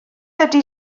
ydy